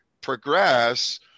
progress